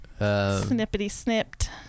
Snippity-snipped